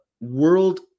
World